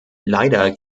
leider